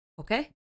Okay